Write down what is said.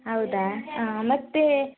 ಹೌದಾ ಮತ್ತೆ